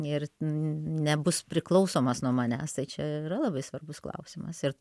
ir nebus priklausomas nuo manęs tai čia yra labai svarbus klausimas ir